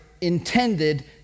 intended